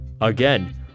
Again